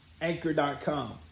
Anchor.com